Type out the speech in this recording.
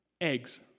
Eggs